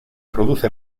produce